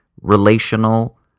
relational